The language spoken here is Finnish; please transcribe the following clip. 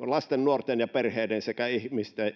lasten nuorten ja perheiden sekä